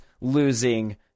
losing